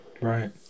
Right